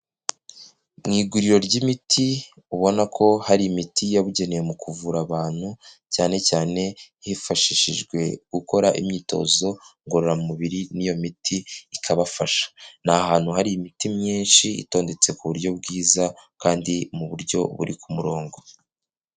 Mu iguriro ry'imiti ubona ko hari imiti yabugenewe mu kuvura abantu, cyane cyane hifashishijwe gukora imyitozo ngororamubiri n'iyo miti ikabafasha. Ni ahantu hari imiti myinshi itondetse ku buryo bwiza kandi mu buryo buri ku murongo.